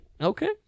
Okay